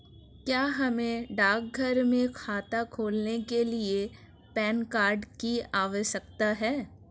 क्या हमें डाकघर में खाता खोलने के लिए पैन कार्ड की आवश्यकता है?